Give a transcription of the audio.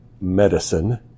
medicine